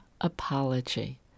apology